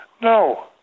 No